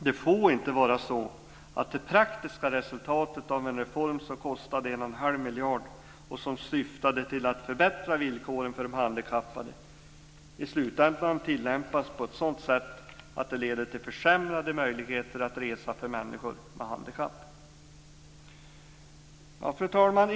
Det får inte vara så att det praktiska resultatet av en reform som kostade 1 1⁄2 miljarder och som syftade till att förbättra villkoren för de handikappade i slutändan tillämpas på ett sådant sätt att den leder till försämrade möjligheter att resa för människor med handikapp. Fru talman!